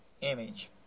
image